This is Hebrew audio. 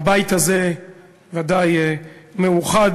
הבית הזה ודאי מאוחד